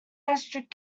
asterisk